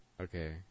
Okay